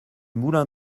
moulin